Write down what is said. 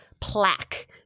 plaque